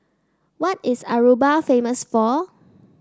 what is Aruba famous for